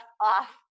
off